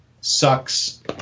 sucks